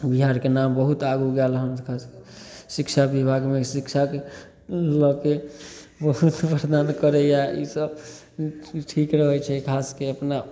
बिहारके नाम बहुत आगू गेल हँ शिक्षा विभागमे शिक्षाके लऽके बहुत प्रदान करैए ईसब ठीक रहै छै खासके अपना